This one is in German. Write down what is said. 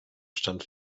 stand